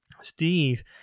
Steve